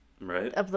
Right